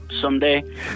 someday